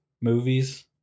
movies